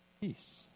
peace